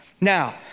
Now